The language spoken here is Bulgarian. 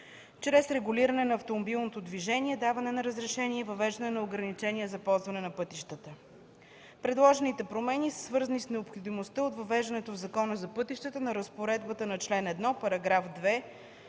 чрез регулиране на автомобилното движение, даване на разрешения и въвеждане на ограничения за ползване на пътищата. Предложените промени са свързани с необходимостта от въвеждане в Закона за пътищата на разпоредбата на чл. 1, § 2,